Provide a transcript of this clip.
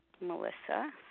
Melissa